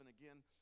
again